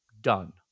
Done